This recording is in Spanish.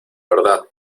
verdad